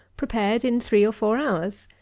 prepared in three or four hours.